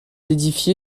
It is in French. édifié